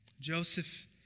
Joseph